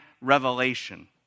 revelation